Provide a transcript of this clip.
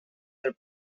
their